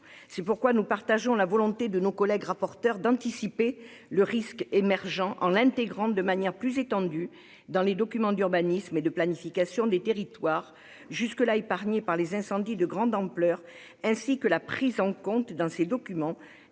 C'est pourquoi nous partageons la volonté de nos collègues rapporteurs d'anticiper le risque émergent, en l'intégrant de manière plus étendue dans les documents d'urbanisme et de planification des territoires jusque-là épargnés par les incendies de grande ampleur, ainsi que la prise en compte dans ces documents